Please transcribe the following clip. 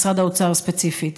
משרד האוצר ספציפית,